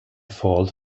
fault